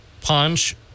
punch